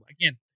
again